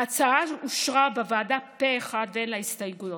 ההצעה אושרה בוועדה פה אחד ואין לה הסתייגויות.